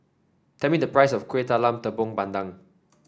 tell me the price of Kueh Talam Tepong Pandan